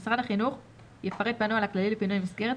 משרד החינוך יפרט בנוהל הכללי לפינוי מסגרת,